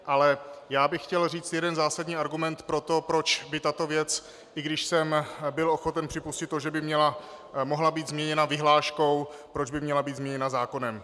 Ale já bych chtěl říct jeden zásadní argument pro to, proč by tato věc, i když jsem byl ochoten připustit to, že by mohla být změněna vyhláškou, měla být změněna zákonem.